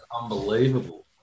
unbelievable